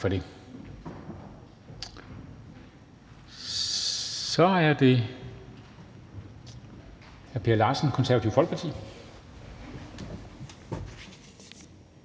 Så er det hr. Per Larsen, Det Konservative Folkeparti.